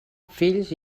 fills